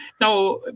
Now